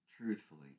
Truthfully